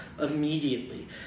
immediately